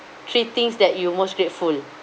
three things that you most grateful